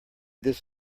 this